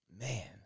Man